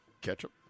ketchup